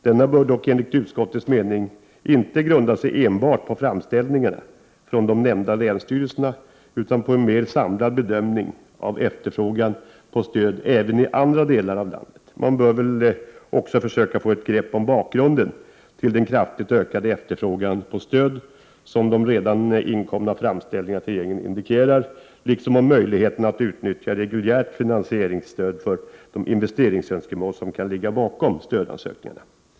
Denna bör dock enligt utskottets mening inte grunda sig enbart på framställningarna från de nämnda länsstyrelserna utan på en mer samlad bedömning av efterfrågan på stöd även i andra delar av landet. Man bör väl också försöka få ett grepp om bakgrunden till den kraftigt ökade efterfrågan på stöd som de redan inkomna framställningarna till regeringen indikerar, liksom om möjligheterna att utnyttja reguljärt finansieringsstöd för de investeringsönskemål som kan ligga bakom stödansökningarna.